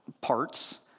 parts